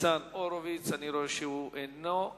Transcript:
ניצן הורוביץ, אני רואה שהוא איננו נוכח.